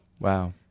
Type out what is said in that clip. Wow